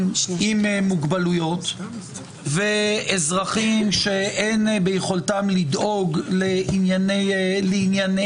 עם מוגבלויות ואזרחים שאין ביכולתם לדאוג לענייניהם,